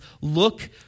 look